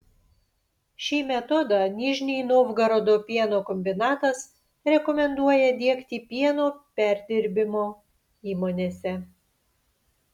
šį metodą nižnij novgorodo pieno kombinatas rekomenduoja diegti pieno perdirbimo įmonėse